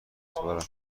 سپارم